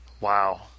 Wow